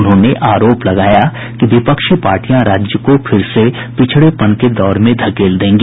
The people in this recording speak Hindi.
उन्होंने आरोप लगाया कि विपक्षी पार्टियां राज्य को फिर से पिछड़ेपन के दौर में धकेल देंगी